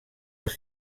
els